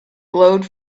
glowed